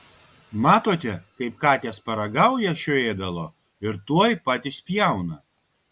matote kaip katės paragauja šio ėdalo ir tuoj pat išspjauna